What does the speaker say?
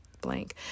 blank